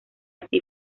así